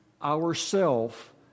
ourself